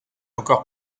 encore